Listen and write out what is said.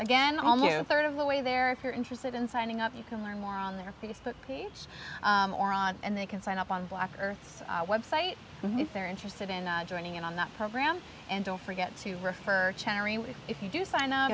again all new third of the way there if you're interested in signing up you can learn more on their facebook page or on and they can sign up on black earth website if they're interested in joining in on the program and don't forget to refer if you do sign up